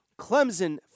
Clemson